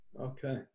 Okay